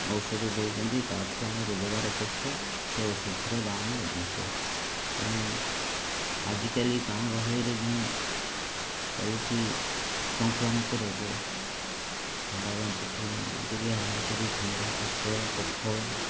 ଔଷଧ ଦଉଛନ୍ତି ତାଠୁ ଆମର ରୋଜଗାର ଅପେକ୍ଷା ସେ ଔଷଧର ଦାମ୍ ଅଧିକ ତେଣୁ ଆଜିକାଲି ଗାଁ ଗହଳିରେ ଯେଉଁ ଚାଲିଛି ସଂକ୍ରମକ ରୋଗ ଝାଡ଼ା ବାନ୍ତି ଠୁ ନେଇକିରି ଆରମ୍ଭ କରି ଥଣ୍ଡା କାଶ କଫ